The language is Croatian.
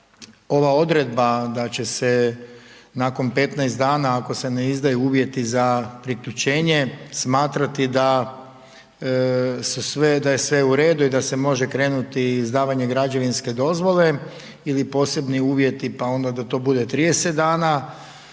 ova odredba da će se nakon 15 dana ako se ne izdaju uvjeti za priključenje smatrati da je sve u redu i da se može krenuti izdavanje građevinske dozvole ili posebni uvjeti, pa onda da to bude 30 dana.